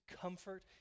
comfort